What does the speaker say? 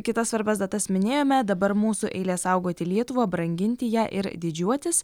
kitas svarbias datas minėjome dabar mūsų eilė saugoti lietuvą branginti ją ir didžiuotis